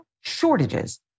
shortages